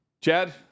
Chad